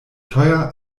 teuer